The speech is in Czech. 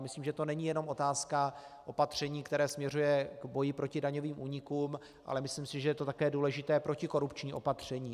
Myslím, že to není jenom otázka opatření, které směřuje k boji proti daňovým únikům, ale myslím si, že je to také důležité protikorupční opatření.